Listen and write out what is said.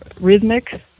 rhythmic